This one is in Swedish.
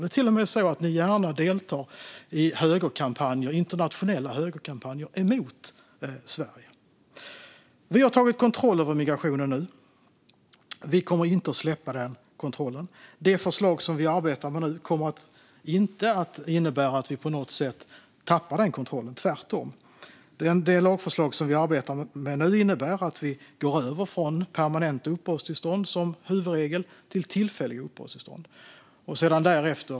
Det är till och med så att ni gärna deltar i internationella högerkampanjer mot Sverige. Vi har nu tagit kontroll över migrationen. Vi kommer inte att släppa den kontrollen. Det förslag som vi nu arbetar med kommer inte att innebära att vi på något sätt tappar den kontrollen, tvärtom. Det lagförslag som vi arbetar med nu innebär att vi går över från permanenta uppehållstillstånd som huvudregel till tillfälliga uppehållstillstånd.